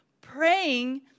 praying